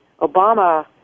obama